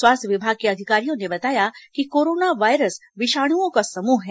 स्वास्थ्य विभाग के अधिकारियों ने बताया कि कोरोना वायरस विषाणुओं का समूह है